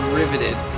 riveted